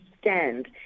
stand